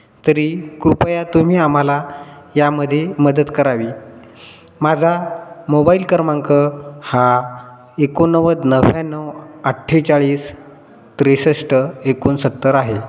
तरी कृपया तुम्ही आम्हाला यामध्ये मदत करावी माझा मोबाईल क्रमांक हा एकोणनव्वद नव्यान्नण्णव अठ्ठेचाळीस त्रेसष्ट एकोणसत्तर आहे